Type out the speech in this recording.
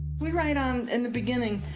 we right on, in the beginning,